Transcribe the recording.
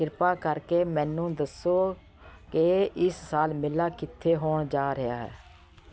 ਕਿਰਪਾ ਕਰਕੇ ਮੈਨੂੰ ਦੱਸੋ ਕਿ ਇਸ ਸਾਲ ਮੇਲਾ ਕਿੱਥੇ ਹੋਣ ਜਾ ਰਿਹਾ ਹੈ